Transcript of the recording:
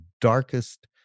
darkest